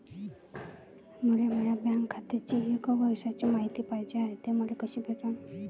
मले माया बँक खात्याची एक वर्षाची मायती पाहिजे हाय, ते मले कसी भेटनं?